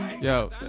Yo